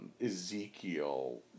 Ezekiel